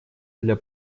для